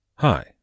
Hi